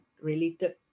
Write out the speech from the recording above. related